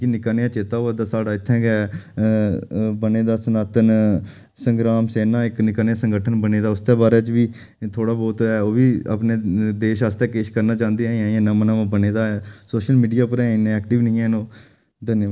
मिगी निक्का नेहा चेत्ता आवै दा साढ़े इत्थै गै बने दा सनातन संग्राम सेना इक निक्का नेहा संगठन बने दा उसदे बारे च बी थोह्ड़ा बहुत ऐ ओह् बी अपने देश आस्तै किश करना चांह्दे अजें अजें नमां नमां बने दा ऐ सोशल मीडिया उप्पर अजें इन्ने एक्टिव निं हैन ओह् धन्नवाद